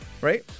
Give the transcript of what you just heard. Right